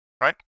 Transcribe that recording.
Right